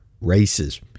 races